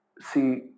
See